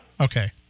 Okay